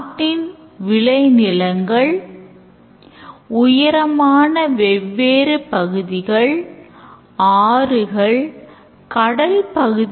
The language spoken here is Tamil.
பின்னர் system தயவு செய்து 100 ரூபாயின் multiple ஆக உள்ளிடவும் என்று கேட்கிறது